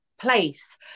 place